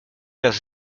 los